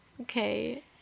Okay